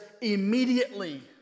immediately